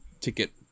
ticket